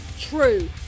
true